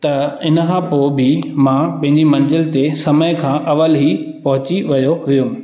त इन खां पोइ बि मां ॿिन्ही मंज़िल ते समय खां अवल ई पहुची वियो हुयमि